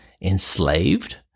enslaved